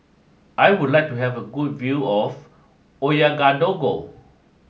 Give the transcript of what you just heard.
I would like to have a good view of Ouagadougou